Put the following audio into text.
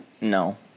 No